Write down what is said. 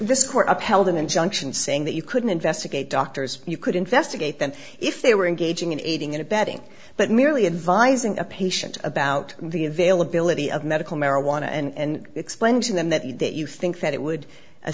this court upheld an injunction saying that you couldn't investigate doctors you could investigate them if they were engaging in aiding and abetting but merely advising a patient about the availability of medical marijuana and explained to them that you think that it would